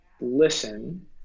listen